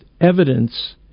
evidence